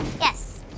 Yes